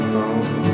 home